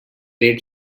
red